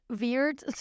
weird